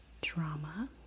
Drama